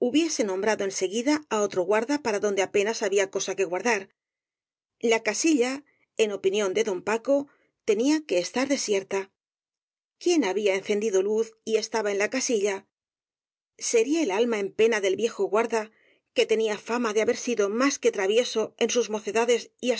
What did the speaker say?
hubiese nombrado en seguida á otro guarda para donde apenas había cosa que guardar la casilla en opinión de d paco tenía que estar desierta quién había encendido luz y estaba en la casilla sería el alma en pena del viejo guarda que tenía fama de haber sido más que tra vieso en sus mocedades y